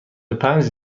پنج